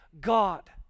God